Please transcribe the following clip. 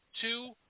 Two